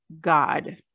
God